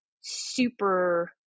super